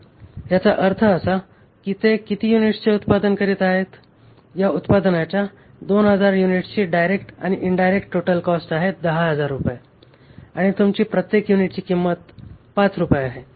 तर याचा अर्थ असा की ते किती युनिट्सचे उत्पादन करीत आहेत या उत्पादनाच्या 2000 युनिट्सची डायरेक्ट आणि इनडायरेक्ट टोटल कॉस्ट आहे 10000 रुपये आणि तुमची प्रत्येक युनिटची किंमत 5 रुपये आहे